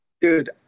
Dude